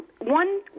one